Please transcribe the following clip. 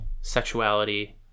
sexuality